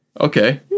okay